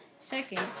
Second